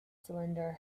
cylinder